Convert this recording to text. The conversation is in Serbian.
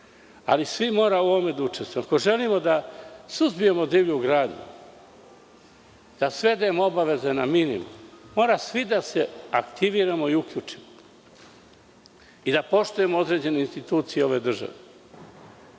svi da učestvujemo. Ako želimo da suzbijemo divlju gradnju, da svedemo obaveze na minimum, mora svi da se aktiviramo i uključimo i da poštujemo određene institucije ove države.